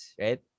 right